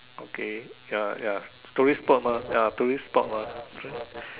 okay ya ya tourist spot mah ya tourist spot mah